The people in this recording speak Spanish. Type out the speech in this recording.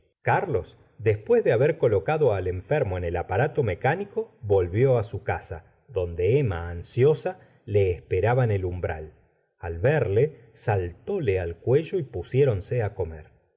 carlos después de haber colocado al enfermo en el aparato mecánico volvió á su casa donde emma ansiosa le esperaba en el umbral al verle saltóle al cuello y pusiéronse á comer